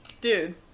dude